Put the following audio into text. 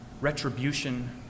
retribution